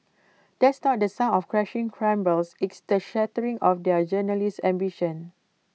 that's not the sound of crashing cymbals it's the shattering of their journalistic ambitions